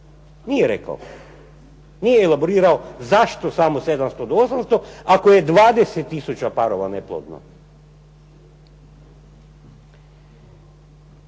nije rekao. Nije elaborirao zašto samo 700 do 800 ako je 20 tisuća parova neplodno.